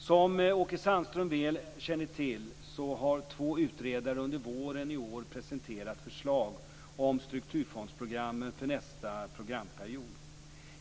Som Åke Sandström väl känner till har två utredare under våren i år presenterat förslag om strukturfondsprogrammen för nästa programperiod.